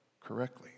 correctly